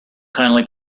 kindly